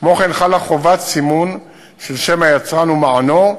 כמו כן, חלה חובת סימן של שם היצרן ומענו,